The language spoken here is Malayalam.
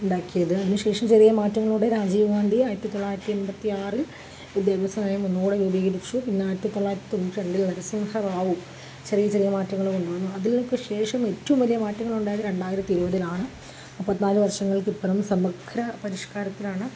ഉണ്ടാക്കിയത് അതിന് ശേഷം ചെറിയ മാറ്റങ്ങളിലൂടെ രാജീവ് ഗാന്ധി ആയിരത്തി തൊള്ളായിരത്തി എൺപത്തിയാറിൽ ഈ വിദ്യാഭ്യാസ നയം ഒന്നും കൂടെ രൂപീകരിച്ചു പിന്നെ ആയിരത്തി തൊള്ളായിരത്തി തൊണ്ണൂറ്റി രണ്ടിൽ നരസിംഹ റാവു ചെറിയ ചെറിയ മാറ്റങ്ങൾ കൊണ്ടുവന്നു അതിൽ അതിനൊക്കെ ശേഷം ഏറ്റവും വലിയ മാറ്റങ്ങൾ ഉണ്ടായത് രണ്ടായിരത്തി ഇരുപതിൽ ആണ് മുപ്പത്തി നാല് വർഷങ്ങൾക്ക് ഇപ്പുറം സമഗ്ര പരിഷ്കാരത്തിലാണ്